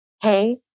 hey